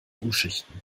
umschichten